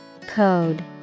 Code